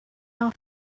off